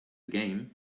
game